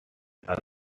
also